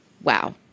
wow